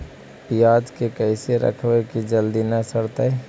पयाज के कैसे रखबै कि जल्दी न सड़तै?